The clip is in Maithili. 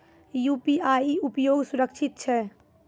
यु.पी.आई उपयोग सुरक्षित छै?